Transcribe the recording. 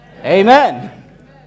Amen